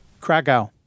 Krakow